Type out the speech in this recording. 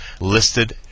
listed